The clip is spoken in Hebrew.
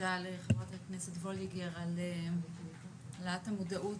ותודה לחברת הכנסת וולדיגר על העלאת המודעות